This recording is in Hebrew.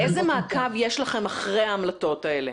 איזה מעקב יש לכם אחרי ההמלטות האלה?